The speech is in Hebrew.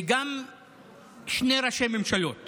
וגם שני ראשי ממשלות